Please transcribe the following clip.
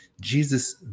Jesus